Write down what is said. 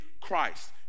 Christ